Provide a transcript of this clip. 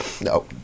No